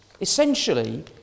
essentially